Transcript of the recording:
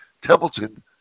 Templeton